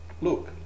look